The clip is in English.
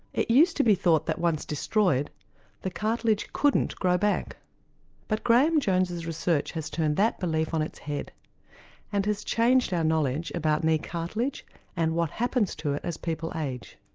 it used to be thought that once destroyed the cartilage couldn't grow back but graeme jones's research has turned that belief on its head and has changed our knowledge about knee cartilage and what happens to it as people age.